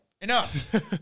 enough